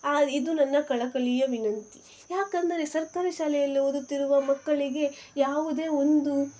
ಇದು ನನ್ನ ಕಳಕಳಿಯ ವಿನಂತಿ ಯಾಕೆಂದರೆ ಸರ್ಕಾರಿ ಶಾಲೆಯಲ್ಲಿ ಓದುತ್ತಿರುವ ಮಕ್ಕಳಿಗೆ ಯಾವುದೇ ಒಂದು